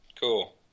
cool